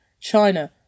China